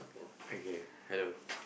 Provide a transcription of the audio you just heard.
okay hello